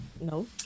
no